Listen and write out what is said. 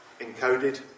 encoded